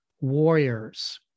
warriors